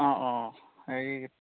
অঁ অঁ হেৰি